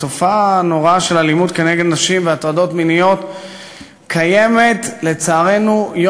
התופעה הנוראה של אלימות כנגד נשים והטרדות מיניות קיימת יום-יום,